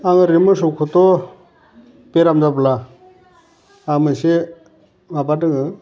आं ओरैनो मोसौखौथ' बेराम जाब्ला ओह मोनसे माबा दङ